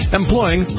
employing